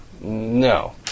No